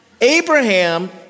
Abraham